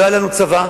לא היה לנו צבא,